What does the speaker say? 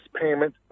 payment